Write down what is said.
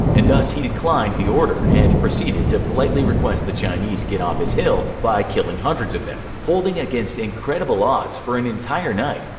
and thus he declined the order and proceeded to politely request the chinese get off his hill by killing hundreds of them. holding against incredible odds for an entire night,